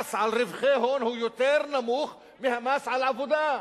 שהמס על רווחי הון הוא יותר נמוך מהמס על עבודה.